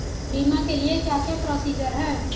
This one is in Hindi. बीमा के लिए क्या क्या प्रोसीजर है?